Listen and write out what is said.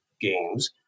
games